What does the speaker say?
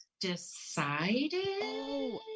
decided